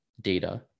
data